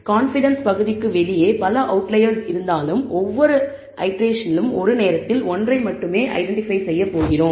confidence பகுதிக்கு வெளியே பல அவுட்லயர்ஸ் இருந்தாலும் ஒவ்வொரு இடரெஷனிலும் ஒரு நேரத்தில் ஒன்றை மட்டுமே ஐடென்டிபை செய்ய போகிறோம்